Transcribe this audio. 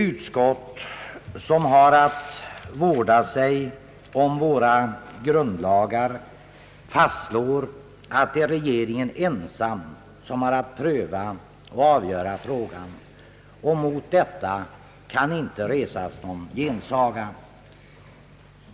Utskottet, som har att vårda sig om våra grundlagar, fastslår att det är regeringen ensam som har att pröva och avgöra den frågan, och mot detta kan inte resas någon gensaga.